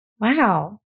Wow